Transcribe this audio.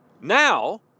now